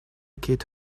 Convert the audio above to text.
kid